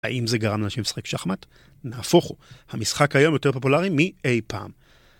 האם זה גרם לאנשים לשחק שחמט? נהפוך הוא. המשחק היום יותר פופולרי מאי פעם.